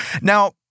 Now